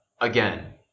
again